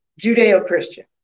Judeo-Christian